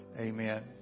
amen